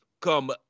come